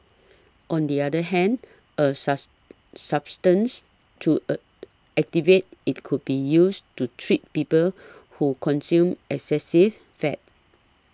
on the other hand a suss substance to a activate it could be used to treat people who consume excessive fat